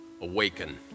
awaken